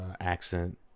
accent